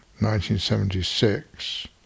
1976